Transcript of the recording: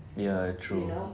ya true